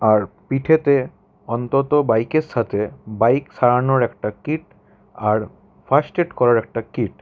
আর পিঠেতে অন্তত বাইকের সাথে বাইক সারানোর একটা কিট আর ফার্স্ট এড করার একটা কিট